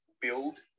build